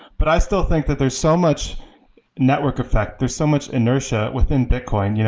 but i still think that there's so much network effect. there's so much inertia within bitcoin. you know